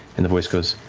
and the voice goes,